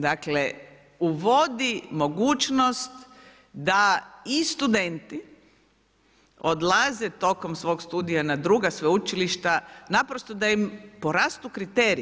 Dakle uvodi mogućnost da i studenti odlaze tokom svog studija na druga sveučilišta naprosto da im porastu kriteriji.